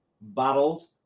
battles